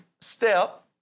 step